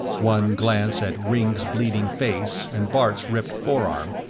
one glance at ringg's bleeding face and bart's ripped forearm,